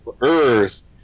Earth